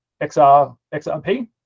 XRP